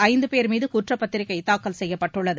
ஐந்து பேர்மீது குற்றப்பத்திரிகை தாக்கல் செய்யப்பட்டுள்ளது